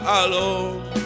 alone